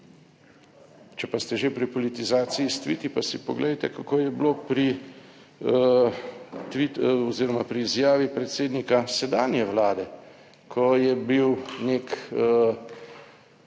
Če pa ste že pri politizaciji s tviti, pa si poglejte, kako je bilo pri tvit oziroma pri izjavi predsednika sedanje vlade, ko je bil nek